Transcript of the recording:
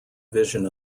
vision